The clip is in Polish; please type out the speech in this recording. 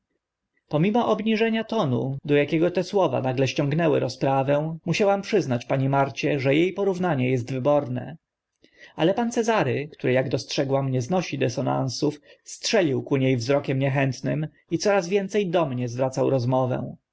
pomimo obniżenia tonu do akiego te słowa nagle ściągały rozprawę musiałam przyznać pani marcie że e porównanie est wyborne ale pan cezary który ak dostrzegłam nie znosi dysonansów strzelił ku nie wzrokiem niechętnym i coraz więce do mnie zwracał rozmowę